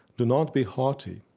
do not be haughty,